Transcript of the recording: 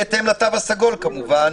בהתאם לתו הסגול כמובן,